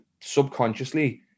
subconsciously